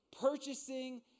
purchasing